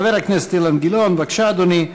חבר הכנסת אילן גילאון, בבקשה, אדוני.